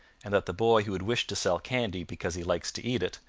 and that the boy who would wish to sell candy because he likes to eat it,